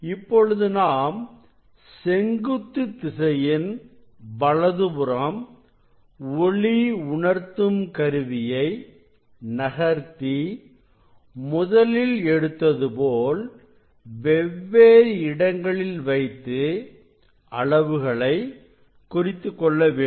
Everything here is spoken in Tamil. இப்பொழுது நாம் செங்குத்து திசையின் வலதுபுறம் ஒளி உணர்த்தும் கருவியை நகர்த்தி முதலில் எடுத்தது போல் வெவ்வேறு இடங்களில் வைத்து அளவுகளை குறித்துக்கொள்ள வேண்டும்